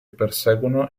perseguono